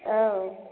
औ